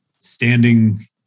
standing